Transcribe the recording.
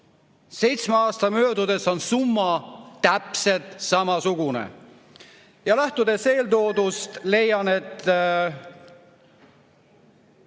Seitsme aasta möödudes on summa täpselt samasugune. Lähtudes eeltoodust, leian, et